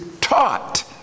taught